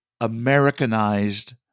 Americanized